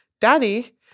daddy